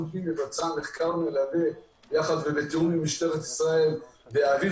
הפנים יבצע מחקר מלווה יחד ובתיאום עם משטרת ישראל ויעביר